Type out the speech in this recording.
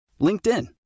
LinkedIn